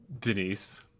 Denise